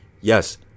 Yes